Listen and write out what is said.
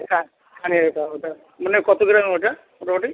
এটা মানে ওটা ওটা মানে কত গ্রামের ওটা মোটামুটি